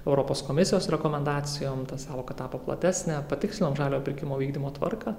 europos komisijos rekomendacijom ta sąvoka tapo platesnė patikslinom žaliojo pirkimo vykdymo tvarką